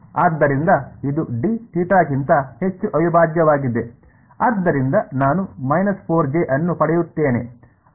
ಆದ್ದರಿಂದ ಇದು ಡಿ ಥೀಟಾಕ್ಕಿಂತ ಹೆಚ್ಚು ಅವಿಭಾಜ್ಯವಾಗಿದೆ ಆದ್ದರಿಂದ ನಾನು ಅನ್ನು ಪಡೆಯುತ್ತೇನೆ